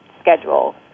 Schedule